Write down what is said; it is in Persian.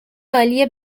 عالی